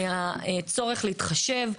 מהצורך להתחשב,